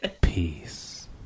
Peace